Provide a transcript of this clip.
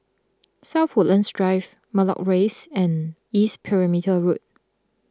South Woodlands Drive Matlock Rise and East Perimeter Road